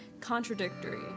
contradictory